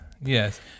Yes